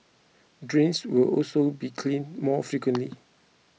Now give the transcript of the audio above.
drains will also be cleaned more frequently